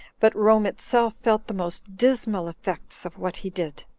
but rome itself felt the most dismal effects of what he did,